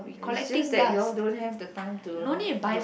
it just that you all don't have the time to have look